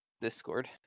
discord